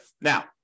Now